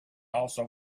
also